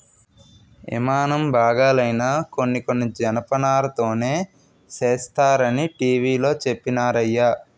యిమానం బాగాలైనా కొన్ని కొన్ని జనపనారతోనే సేస్తరనీ టీ.వి లో చెప్పినారయ్య